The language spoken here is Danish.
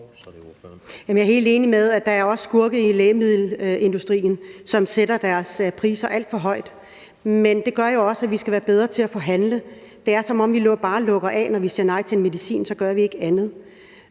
Jeg er helt enig i, at der også er skurke i lægemiddelindustrien, som sætter deres priser alt for højt, men det gør jo også, at vi skal være bedre til at forhandle. Det er, som om vi bare lukker af, når vi siger nej til medicin, og så gør vi ikke andet.